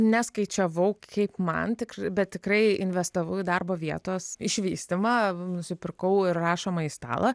neskaičiavau kiek man tik bet tikrai investavau į darbo vietos išvystymą nusipirkau ir rašomąjį stalą